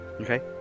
Okay